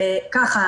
בבקשה.